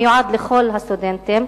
המיועד לכל הסטודנטים.